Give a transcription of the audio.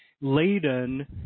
laden